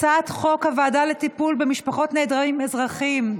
הצעת חוק הוועדה לטיפול במשפחות נעדרים אזרחיים,